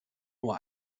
nur